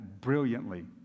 brilliantly